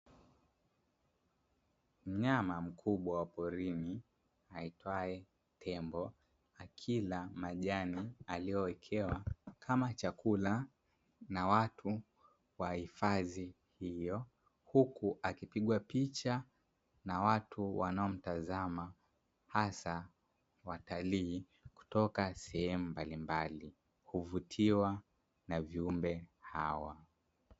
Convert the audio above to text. Mnyama mkubwa wa porini aitwaye tembo akila majani aliyowekewa kama chakula na watu wa hifadhi hiyo, huku akipigwa picha na watu wanaomtazama hasa watalii kutoka sehemu mbalimbali huvutiwa na viumbe hawa.